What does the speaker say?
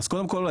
קודם כל,